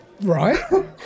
Right